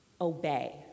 obey